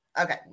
okay